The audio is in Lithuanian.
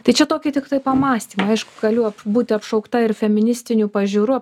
tai čia tokie tiktai pamąstymai aišku galiu būti apšaukta ir feministinių pažiūrų